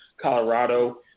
Colorado